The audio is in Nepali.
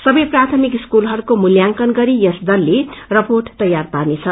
सबै प्राथमिक स्कूलहरूको मूल्यांकन गरी यस दलले रपोट तैयार पार्नेछ